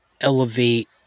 elevate